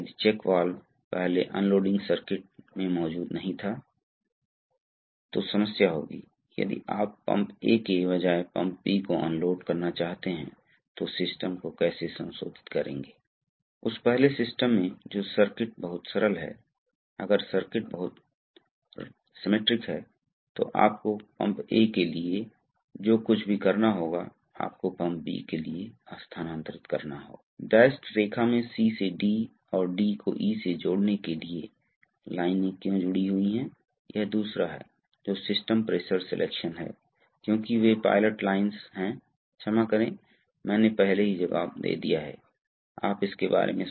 तो आज हमारे पास मूल हाइड्रोलिक सिस्टम सिद्धांतों को देखा है कि एक पंप का उपयोग करके कुछ दबाव दबावयुक्त तरल पदार्थ बनाया जाता है और वह तरल पदार्थ बहता है उस दबाव को लाइनों के माध्यम से तरल पदार्थ लेने से फैलता है और बनाने के लिए लोड पर लगाया जाता है विभिन्न प्रकार की गति देखते हैं और यह बल को बढ़ाना संभव है लेकिन एक ही समय में ऊर्जा को संरक्षित किया जाता है हम जिस वेग से बना सकते हैं वह प्रवाह दर द्वारा सीमित हो सकता है जिसे पंप द्वारा वितरित किया जा सकता है उस दबाव में